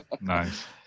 Nice